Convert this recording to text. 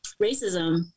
racism